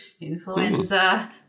influenza